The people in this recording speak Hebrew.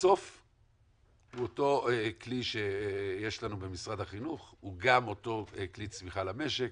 בסוף אותו כלי שיש לנו במשרד החינוך הוא גם אותו כלי צמיחה למשק,